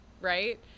right